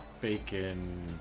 bacon